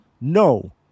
No